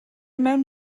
mewn